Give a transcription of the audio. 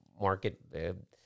market